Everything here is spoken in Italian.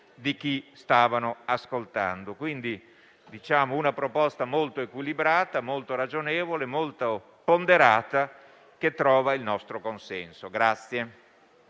Grazie